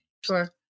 Sure